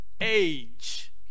age